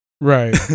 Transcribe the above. Right